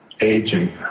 aging